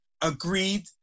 agreed